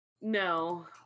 No